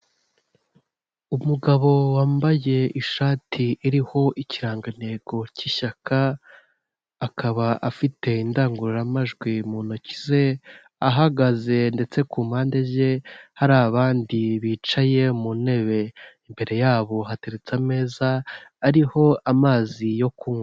Umugabo wambaye ishati iriho ikirangantego cy'ishyaka, akaba afite indangururamajwi mu ntoki ze, ahagaze ndetse ku mpande ze hari abandi bicaye mu ntebe imbere yabo hateretse ameza ariho amazi yo kunywa.